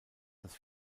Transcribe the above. das